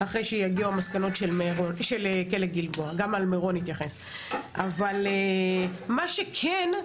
אחרי שיגיעו המסקנות של כלא גלבוע - גם על מירון נתייחס - אבל מה שכן,